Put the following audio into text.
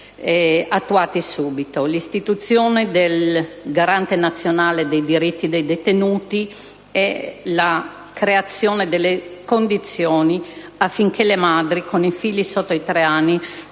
l'istituzione del Garante nazionale dei diritti dei detenuti e le creazione delle condizioni affinché le madri con figli sotto i tre armi